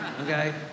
okay